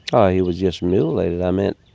oh, he was just mutilated. i meant,